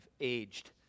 aged